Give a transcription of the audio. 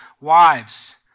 Wives